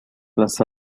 las